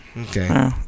okay